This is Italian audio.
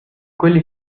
quelli